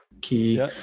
key